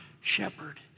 shepherd